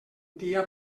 dia